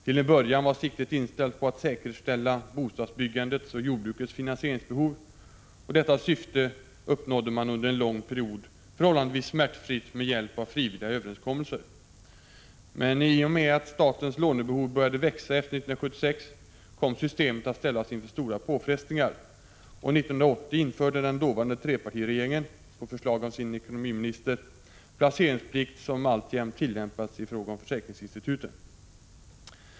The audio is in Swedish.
Till en början var siktet inställt på att tillgodose bostadsbyggandets och jordbrukets finansieringsbehov, och detta syfte uppnådde man under en lång period förhållandevis smärtfritt med hjälp av frivilliga överenskommelser. Men i och med att statens lånebehov började växa efter 1976 kom systemet att ställas inför stora påfrestningar, och 1980 införde den dåvarande trepartiregeringen — på förslag av sin ekonomiminister — placeringsplikt, som alltjämt tillämpas i fråga om försäkringsinstituten.